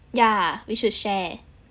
yeah we should share